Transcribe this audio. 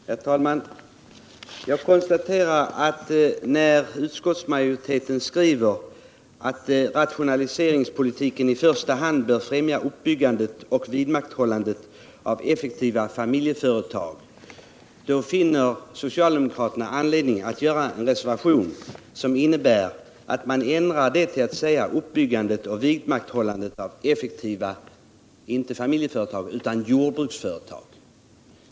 Herr talman! Jag konstaterar att när utskottsmajoriteten skriver att ”Trationaliseringspolitiken i första hand bör främja uppbyggandet och vidmakthållandet av effektiva familjeföretag”, så finner socialdemokraterna anledning att avge en reservation som innebär att man ändrar detta till uppbyggandet och vidmakthållandet av effektiva jordbruksföretag, inte familjeföretag.